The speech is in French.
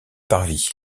parvis